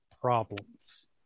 problems